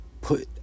put